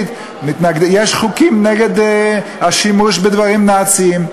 יש חוקים נגד השימוש בדברים נאציים.